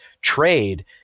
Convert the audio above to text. trade